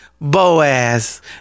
Boaz